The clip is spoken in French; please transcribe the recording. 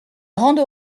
grande